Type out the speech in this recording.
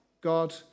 God